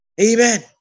Amen